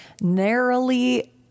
Narrowly